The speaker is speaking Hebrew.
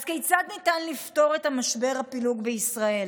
אז כיצד ניתן לפתור את משבר הפילוג בישראל?